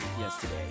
yesterday